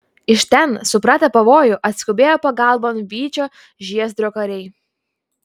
iš ten supratę pavojų atskubėjo pagalbon vyčio žiezdrio kariai